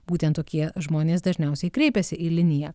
būtent tokie žmonės dažniausiai kreipiasi į liniją